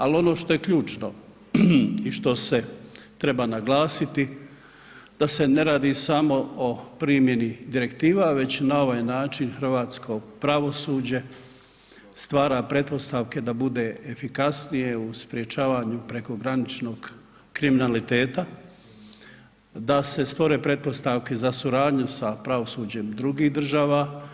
Ali, ono što je ključno i što treba naglasiti, da se ne radi samo o primjeni direktiva već na ovaj način hrvatsko pravosuđe stvara pretpostavke da bude efikasnije u sprječavanju prekograničnog kriminaliteta, da se stvore pretpostavke za suradnju sa pravosuđem drugih država.